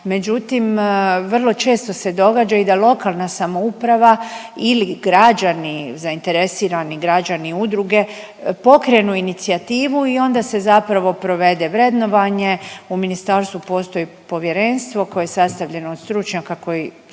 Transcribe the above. Međutim, vrlo često se događa i da lokalna samouprava ili građani zainteresirani građani, udruge pokrenu inicijativu i onda se zapravo provede vrednovanje. U ministarstvu postoji povjerenstvo koje je sastavljeno od stručnjaka koji su